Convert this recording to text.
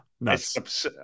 Nice